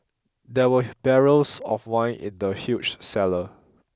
there were barrels of wine in the huge cellar